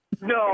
No